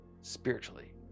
spiritually